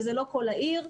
וזה לא כל העיר.